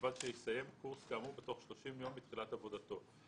ובלבד שיסיים קורס כאמור בתוך 30 ימים מתחילת עבודתו.